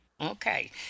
Okay